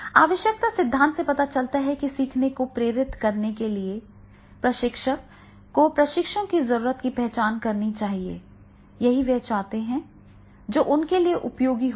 आवश्यकता सिद्धांत से पता चलता है कि सीखने को प्रेरित करने के लिए प्रशिक्षक को प्रशिक्षुओं की ज़रूरत की पहचान करनी चाहिए यही वे चाहते हैं जो उनके लिए उपयोगी होगा